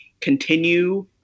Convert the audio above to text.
continue